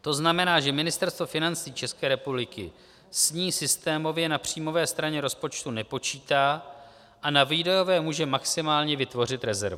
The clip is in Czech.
To znamená, že Ministerstvo financí České republiky s ní systémově na příjmové straně rozpočtu nepočítá a na výdajové může maximálně vytvořit rezervu.